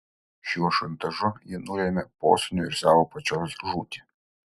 šiuo šantažu ji nulemia posūnio ir savo pačios žūtį